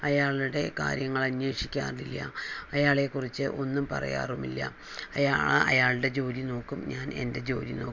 അയാളുടെ കാര്യങ്ങൾ അന്വേഷിക്കാറില്ല അയാളെക്കുറിച്ച് ഒന്നും പറയാറുമില്ല അയാൾ അയാളുടെ ജോലി നോക്കും ഞാൻ എൻ്റെ ജോലി നോക്കും